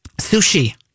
sushi